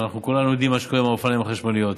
ואנחנו כולנו יודעים מה קורה עם האופניים החשמליות,